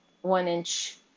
one-inch